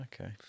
okay